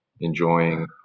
Enjoying